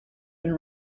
been